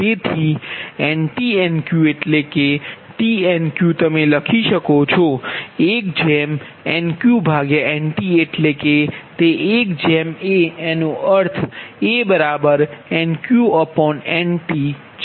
તેથી Nt Nqએટલે કે tNqતમે લખી શકો છો 1Nq Ntએટલે કે તે 1a એનો અર્થ એ છે કે a Nq Nt